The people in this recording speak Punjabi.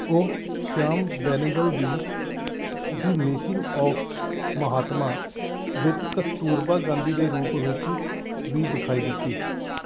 ਉਹ ਸ਼ਿਆਮ ਬੇਨੇਗਲ ਦੀ ਦੀ ਮੇਕਿੰਗ ਆਫ਼ ਮਹਾਤਮਾ ਵਿੱਚ ਕਸਤੂਰਬਾ ਗਾਂਧੀ ਦੇ ਰੂਪ ਵਿੱਚ ਵੀ ਦਿਖਾਈ ਦਿੱਤੀ